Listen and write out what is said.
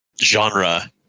genre